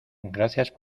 gracias